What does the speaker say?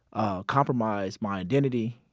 ah, compromise my identity,